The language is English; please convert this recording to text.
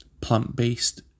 plant-based